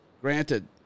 Granted